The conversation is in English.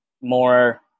more